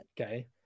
okay